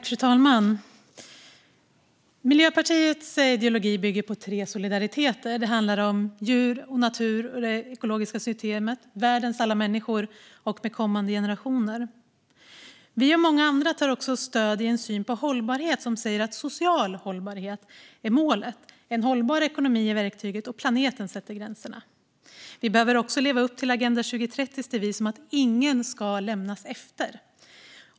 Fru talman! Miljöpartiets ideologi bygger på tre solidariteter - med djur och natur och det ekologiska systemet, med världens alla människor och med kommande generationer. Vi och många andra tar stöd i en syn på hållbarhet som säger att social hållbarhet är målet, en hållbar ekonomi är verktyget och planeten sätter gränserna. Vi behöver också leva upp till Agenda 2030:s devis om att ingen ska lämnas utanför.